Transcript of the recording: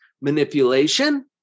Manipulation